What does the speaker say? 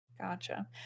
Gotcha